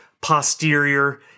posterior